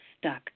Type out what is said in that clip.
Stuck